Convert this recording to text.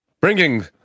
Bringing